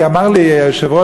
כי אמר לי היושב-ראש,